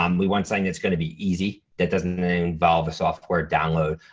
um we want something that's gonna be easy, that doesn't involve a software download.